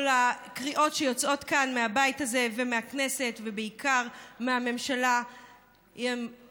כל הקריאות שיוצאות מהבית הזה ומהכנסת ובעיקר מהממשלה הן